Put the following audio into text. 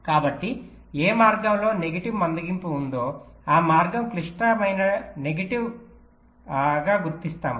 కాబట్టి ఏ మార్గంలో నెగటివ్ మందగింపు ఉందో ఆ మార్గం క్లిష్టమైననెగటివ్ గుర్తిస్తాము